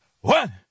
One